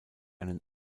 einen